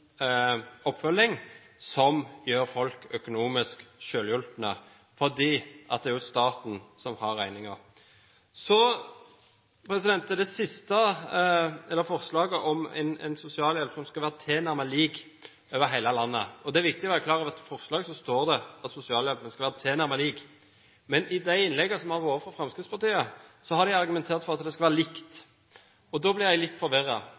oppfølging som gjør folk økonomisk selvhjulpne, fordi det er staten som tar regningen. Så til forslaget om en sosialhjelp som skal være tilnærmet lik over hele landet. Det er viktig å være klar over at i forslaget står det at sosialhjelpen skal være «tilnærmet» lik. Men i innleggene fra Fremskrittspartiet har man argumentert for at den skal være lik. Da blir jeg litt forvirret. Ønsker Fremskrittspartiet at det skal være likt,